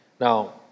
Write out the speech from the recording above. Now